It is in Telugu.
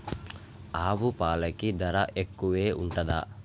ఆవు పాలకి ధర ఎక్కువే ఉంటదా?